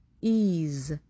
ease